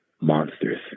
monsters